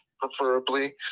preferably